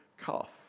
calf